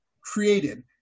created